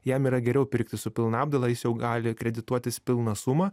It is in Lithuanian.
jam yra geriau pirkti su pilna apdaila jis jau gali kredituotis pilną sumą